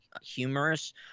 humorous